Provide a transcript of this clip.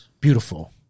Beautiful